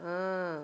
ah